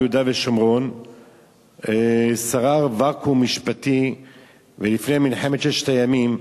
ביהודה ושומרון שרר ואקום משפטי לפני מלחמת ששת הימים,